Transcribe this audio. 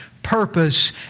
Purpose